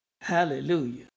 Hallelujah